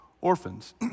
orphans